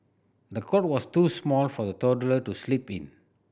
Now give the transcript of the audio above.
the cot was too small for the toddler to sleep in